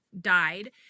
died